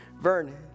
Vern